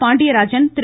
பாண்டியரான் திரு